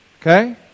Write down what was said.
Okay